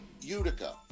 Utica